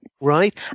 right